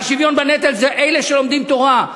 השוויון בנטל זה אלה שלומדים תורה.